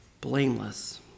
blameless